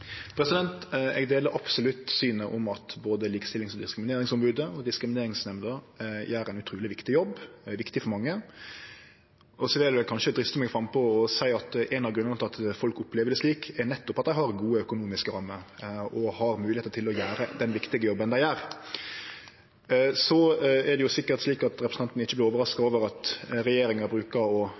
Eg deler absolutt det synet at både Likestillings- og diskrimineringsombodet og Diskrimineringsnemnda gjer ein utruleg viktig jobb. Det er viktig for mange. Så vil eg kanskje driste meg frampå og seie at ein av grunnane til at folk opplever det slik, er nettopp at dei har gode økonomiske rammer og moglegheit til å gjere den viktige jobben dei gjer. Representanten er sikkert ikkje overraska over at regjeringa bruker å